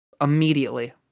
immediately